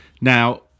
Now